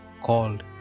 called